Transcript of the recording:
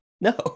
no